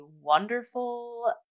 wonderful